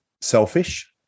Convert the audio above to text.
selfish